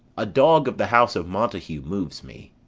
a dog of the house of montague moves me.